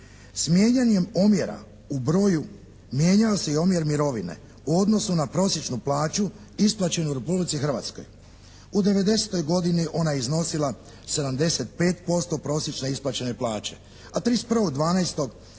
S mijenjanjem omjera u broju mijenjao se i omjer mirovine u odnosu na prosječnu plaću isplaćenu u Republici Hrvatskoj. U '90. godini ona je iznosila 75% prosječne isplaćene plaće, a 31.12.2005.